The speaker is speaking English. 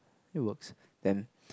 it works then